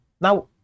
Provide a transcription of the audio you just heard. Now